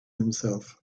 himself